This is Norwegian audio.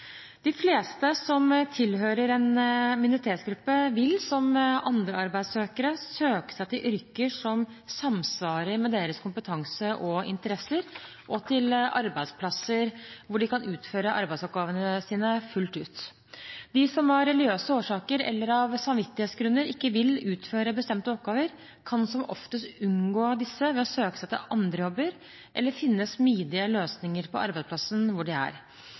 De fleste som tilhører en minoritetsgruppe vil, som andre arbeidssøkere, søke seg til yrker som samsvarer med deres kompetanse og interesser, og til arbeidsplasser hvor de kan utføre arbeidsoppgavene sine fullt ut. De som av religiøse årsaker eller av samvittighetsgrunner ikke vil utføre bestemte oppgaver, kan som oftest unngå disse ved å søke seg til andre jobber eller finne smidige løsninger på arbeidsplassen hvor de er.